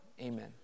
Amen